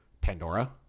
Pandora